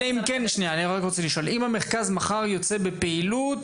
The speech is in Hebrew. אם המרכז מחר יוצא בפעילות